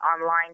online